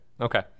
Okay